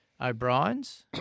O'Briens